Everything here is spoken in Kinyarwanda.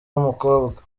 w’umukobwa